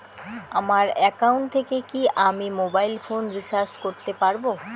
আমার একাউন্ট থেকে কি আমি মোবাইল ফোন রিসার্চ করতে পারবো?